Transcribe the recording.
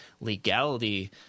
legality